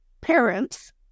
parents